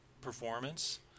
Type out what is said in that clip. performance